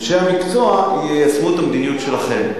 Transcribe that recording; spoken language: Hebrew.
אנשי המקצוע יישמו את המדיניות שלכם.